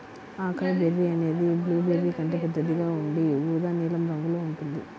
acai berry అనేది blueberry కంటే పెద్దగా ఉండి ఊదా నీలం రంగులో ఉంటుంది